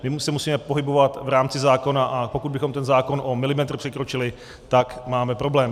My se musíme pohybovat v rámci zákona, a pokud bychom ten zákon o milimetr překročili, tak máme problém.